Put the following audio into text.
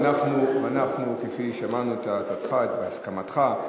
אנחנו, כפי ששמענו את הצעתך, את הסכמתך,